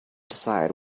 decide